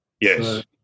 Yes